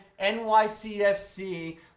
NYCFC